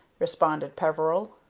responded peveril.